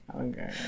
okay